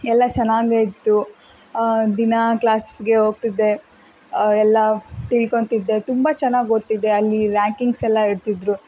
ಎಲ್ಲ ಚೆನ್ನಾಗೆ ಇತ್ತು ದಿನಾ ಕ್ಲಾಸ್ಗೆ ಹೋಗ್ತಿದ್ದೆ ಎಲ್ಲ ತಿಳ್ಕೊತಿದ್ದೆ ತುಂಬ ಚೆನ್ನಾಗಿ ಓದ್ತಿದ್ದೆ ಅಲ್ಲಿ ರ್ಯಾಂಕಿಂಗ್ಸ್ ಎಲ್ಲ ಇಡ್ತಿದ್ರು